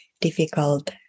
difficult